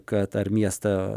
kad ar miestą